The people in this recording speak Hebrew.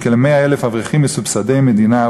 ולכ-100,000 אברכים מסובסדי מדינה?